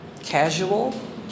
casual